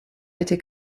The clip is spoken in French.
été